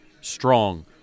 strong